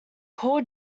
call